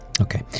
Okay